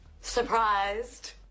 Surprised